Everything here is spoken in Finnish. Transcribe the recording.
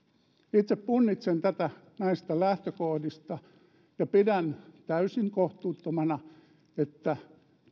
itse punnitsen tätä näistä lähtökohdista ja pidän täysin kohtuuttomana että